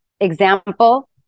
example